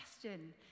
question